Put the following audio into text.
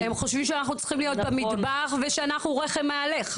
הם חושבים שאנחנו צריכים להיות במטבח ושאנחנו רחם מהלך.